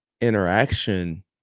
interaction